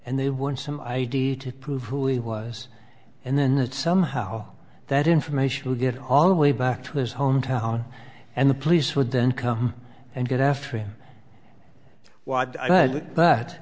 and they want some id to prove who he was and then that somehow that information would get all the way back to his hometown and the police would then come and get after him